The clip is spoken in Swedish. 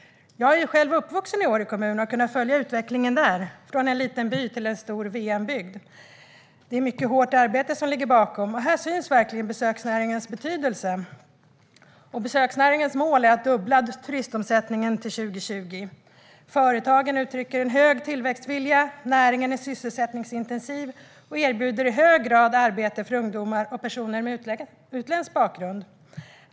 Jag är själv uppvuxen i Åre kommun och har där kunnat följa utvecklingen från en liten by till en stor VM-bygd. Det är mycket hårt arbete som ligger bakom. Här syns verkligen besöksnäringens betydelse. Besöksnäringens mål är att fördubbla turistomsättningen till 2020. Företagen uttrycker en stark tillväxtvilja. Näringen är sysselsättningsintensiv och erbjuder i hög grad arbete för ungdomar och personer med utländsk bakgrund.